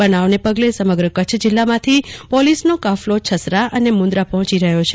બનાવના પગલે સમગ્ર કચ્છમાં પોલીસનો કાફલો છસરા અને મુન્દ્રા પહોંચી રહ્યો છે